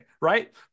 right